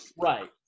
Right